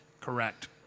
Correct